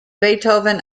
beethoven